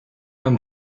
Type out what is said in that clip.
nam